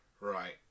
Right